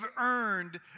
earned